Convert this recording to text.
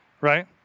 right